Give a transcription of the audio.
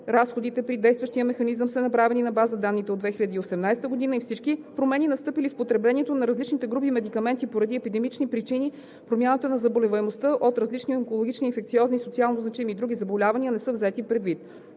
разходите при действащия механизъм са направени на база на данните от 2018 г. и всички промени, настъпили в потреблението на различните групи медикаменти поради епидемични причини, промяната на заболеваемостта от различни онкологични, инфекциозни, социалнозначими и други заболявания, не са взети предвид.